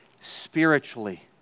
spiritually